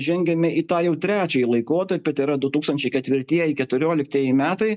žengiame į tą jau trečiąjį laikotarpį tai yra du tūktančiai ketvirtieji keturioliktieji metai